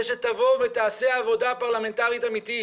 שתבוא ותעשה עבודה פרלמנטרית אמיתית.